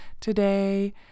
today